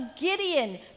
Gideon